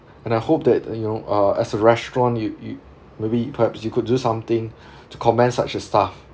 and I hope that uh you know uh as a restaurant you you maybe perhaps you could do something to commend such a staff